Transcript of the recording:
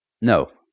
No